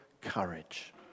courage